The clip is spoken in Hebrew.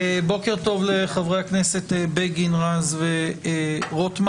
בוקר טוב לחברי הכנסת בגין, רז ורוטמן.